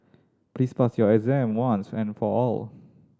please pass your exam once and for all